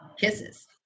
Kisses